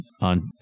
on